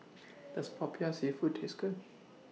Does Popiah Seafood Taste Good